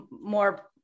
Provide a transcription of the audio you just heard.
more